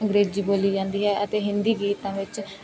ਅੰਗਰੇਜ਼ੀ ਬੋਲੀ ਜਾਂਦੀ ਹੈ ਅਤੇ ਹਿੰਦੀ ਗੀਤਾਂ ਵਿੱਚ